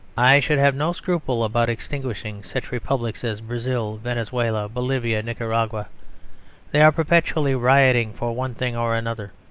i should have no scruple about extinguishing such republics as brazil, venezuela, bolivia, nicaragua they are perpetually rioting for one thing or another.